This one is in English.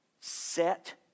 Set